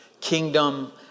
kingdom